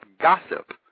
gossip